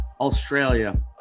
Australia